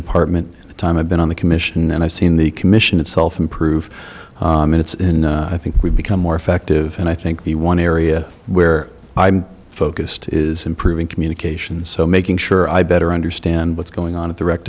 department the time i've been on the commission and i've seen the commission itself improve and it's in i think we've become more effective and i think the one area where i'm focused is improving communication so making sure i better understand what's going on at the rec